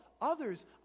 others